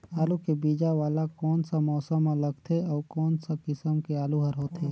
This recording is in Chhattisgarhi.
आलू के बीजा वाला कोन सा मौसम म लगथे अउ कोन सा किसम के आलू हर होथे?